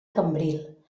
cambril